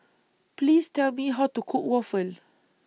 Please Tell Me How to Cook Waffle